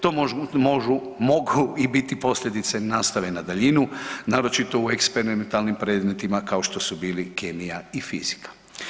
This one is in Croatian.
To mogu biti i posljedice nastave na daljinu naročito u eksperimentalnim predmetima kao što su bili kemija i fizika.